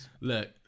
Look